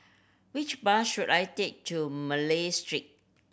which bus should I take to Malay Street